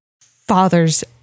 father's